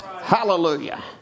Hallelujah